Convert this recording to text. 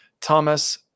Thomas